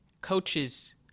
coaches